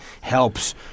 helps